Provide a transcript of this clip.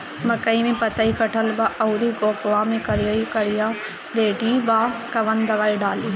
मकई में पतयी कटल बा अउरी गोफवा मैं करिया करिया लेढ़ी बा कवन दवाई डाली?